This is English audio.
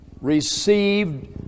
received